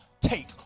take